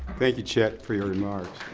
thank you, chet, for your remarks.